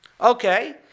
Okay